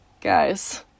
Guys